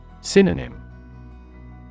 Synonym